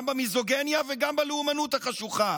גם במיזוגיניה וגם בלאומנות החשוכה.